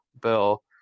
bill